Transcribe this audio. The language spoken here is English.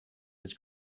his